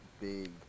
big